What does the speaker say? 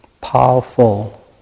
powerful